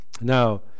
Now